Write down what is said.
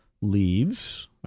leaves